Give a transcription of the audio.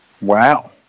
Wow